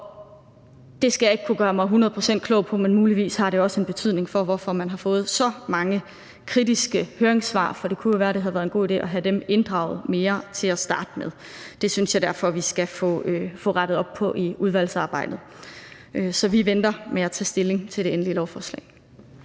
Det skal jeg ikke gøre mig hundrede procent klog på, men muligvis har det også en betydning for, hvorfor man har fået så mange kritiske høringssvar. For det kunne jo være, det havde været en god idé at have inddraget dem mere til at starte med. Det synes jeg derfor vi skal få rettet op på i udvalgsarbejdet. Så vi venter med at tage stilling til det endelige lovforslag.